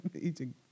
eating